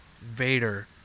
Vader